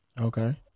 Okay